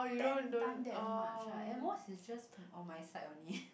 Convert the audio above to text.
spend time that much ah at most is just on my side only